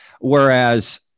Whereas